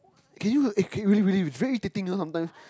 can you eh really really very irritating you know sometimes